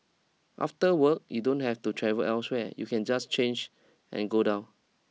after work you don't have to travel elsewhere you can just change and go down